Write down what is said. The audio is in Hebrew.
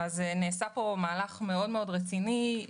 נעשה פה מהלך רציני מאוד,